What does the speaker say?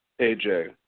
AJ